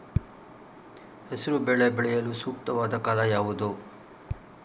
ಹೆಸರು ಬೇಳೆ ಬೆಳೆಯಲು ಸೂಕ್ತವಾದ ಕಾಲ ಯಾವುದು?